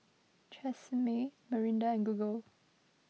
Tresemme Mirinda and Google